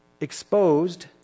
exposed